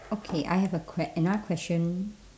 okay I have a que~ another question